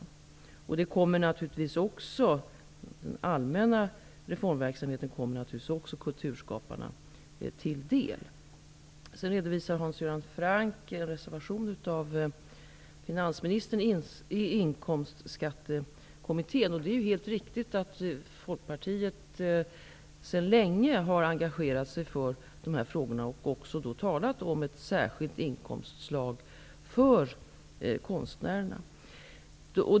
Den allmänna reformverksamheten kommer naturligtvis också kulturskaparna till del. Hans Göran Franck redovisar en reservation av finansministern i Inkomstskattekommitténs betänkande. Det är helt riktigt att Folkpartiet sedan länge har engagerat sig för dessa frågor och talat om ett särskilt inkomstslag för konstnärerna.